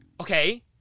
Okay